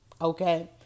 Okay